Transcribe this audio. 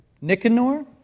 Nicanor